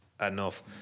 enough